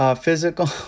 Physical